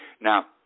Now